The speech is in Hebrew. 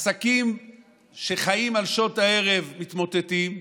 עסקים שחיים על שעות הערב מתמוטטים,